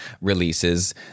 releases